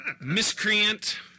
Miscreant